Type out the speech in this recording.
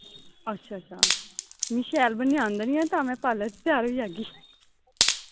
अच्छा अच्छा नी शैल बनियै तां मैं पार्लर च त्यार होइयै आगी